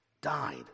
died